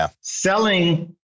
Selling